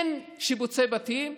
אין שיפוצי בתים.